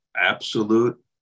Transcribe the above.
absolute